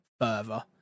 further